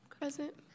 Present